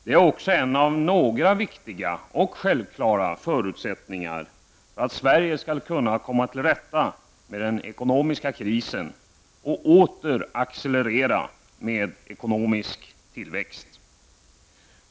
Det är också en av några viktiga och självklara förutsättningar för att Sverige skall kunna komma till rätta med den ekonomiska krisen och åter få en accelerad ekonomisk tillväxt.